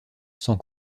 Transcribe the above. sans